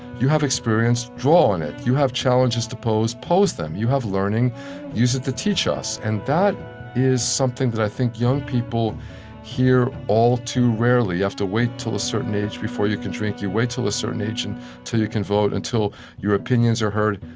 you have experience draw on it. you have challenges to pose pose them. you have learning use it to teach us. and that is something that i think young people hear all too rarely. you have to wait till a certain age before you can drink. you wait till a certain age and until you can vote, until your opinions are heard.